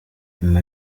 nyuma